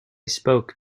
spoke